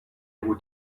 who